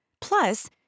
Plus